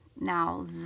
Now